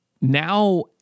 now